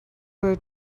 were